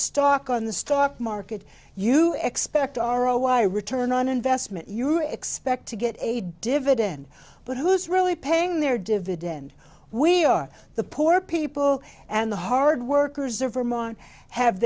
stock on the stock market you expect our oh i return on investment you expect to get a dividend but who's really paying their dividend we are the poor people and the hard workers are vermont have